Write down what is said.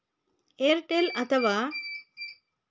Airtel ಅಥವಾ ಜಿಯೊ ಗೆ top up ಮಾಡುವುದು ಹೇಗೆ?